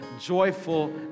joyful